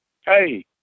Hey